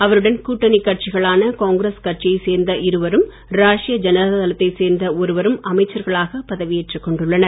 அவருடன் கூட்டணி கட்சிகளான காங்கிரஸ் கட்சியை சேர்ந்த இருவரும் ராஷ்ட்டிய ஜனதாதளத்தை சேர்ந்த ஒருவரும் அமைச்சர்களாக பதவி ஏற்றுக் கொண்டுள்ளனர்